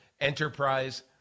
enterprise